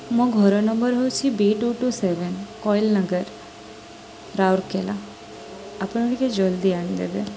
ମୋ ଘର ନମ୍ବର୍ ହେଉଛି B two two seven Koel Nagar Rourkela ଆପଣ ଟିକେ ଜଲ୍ଦି ଆଣିଦେବେ